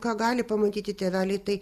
ką gali pamatyti tėveliai tai